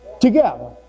together